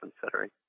considering